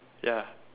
ya